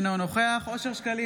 אינו נוכח אושר שקלים,